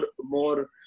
more